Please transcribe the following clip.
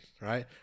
Right